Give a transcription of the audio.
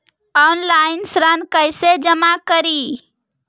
Online ऋण कैसे जमा करी?